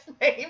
name